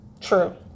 True